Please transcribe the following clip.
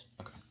Okay